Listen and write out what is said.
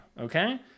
okay